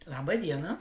laba diena